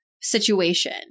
situation